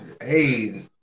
Hey